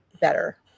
better